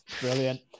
brilliant